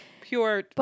Pure